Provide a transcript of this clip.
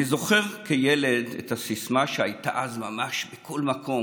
אני זוכר כילד את הסיסמה שהייתה אז ממש בכל מקום